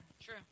True